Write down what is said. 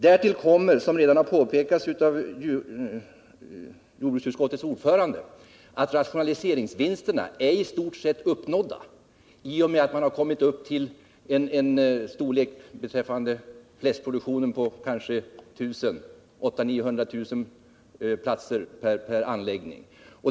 Därtill kommer, som redan har påpekats av jordbruksutskottets ordförande, att rationaliseringsvinsterna i stort sett är uppnådda i och med att man beträffande fläskproduktionen har kommit upp i en storlek på kanske 800, 900 eller 1 000 platser per anläggning.